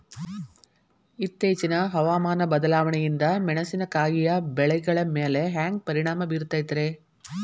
ಇತ್ತೇಚಿನ ಹವಾಮಾನ ಬದಲಾವಣೆಯಿಂದ ಮೆಣಸಿನಕಾಯಿಯ ಬೆಳೆಗಳ ಮ್ಯಾಲೆ ಹ್ಯಾಂಗ ಪರಿಣಾಮ ಬೇರುತ್ತೈತರೇ?